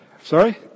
Sorry